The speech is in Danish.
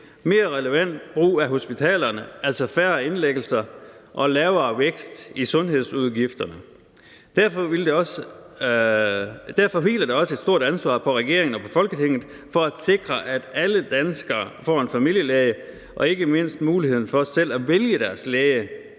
mere relevant brug af hospitalerne, altså færre indlæggelser, og lavere vækst i sundhedsudgifterne. Derfor hviler der også et stort ansvar på regeringen og på Folketinget for at sikre, at alle danskere får en familielæge og ikke mindst muligheden for selv at vælge deres læge.